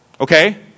okay